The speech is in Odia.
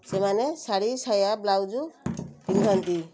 ସେମାନେ ଶାଢ଼ୀ ସାୟା ବ୍ଲାଉଜ୍ ପିନ୍ଧନ୍ତି